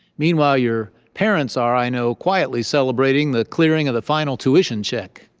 meanwhile, your parents are, i know, quietly celebrating the clearing of the final tuition check.